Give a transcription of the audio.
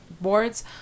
boards